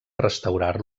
restaurar